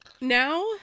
Now